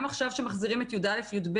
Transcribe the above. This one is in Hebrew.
גם עכשיו כשמחזירים את י"א-י"ב,